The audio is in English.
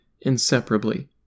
inseparably